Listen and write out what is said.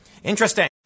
Interesting